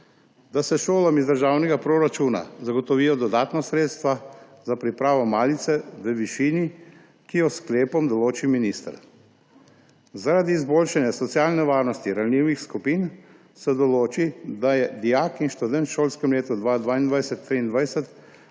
da se šolam iz državnega proračuna zagotovijo dodatna sredstva za pripravo malice v višini, ki jo s sklepom določi minister. Zaradi izboljšanja socialne varnosti ranljivih skupin se določi, da dijak in študent v šolskem letu 2022/2023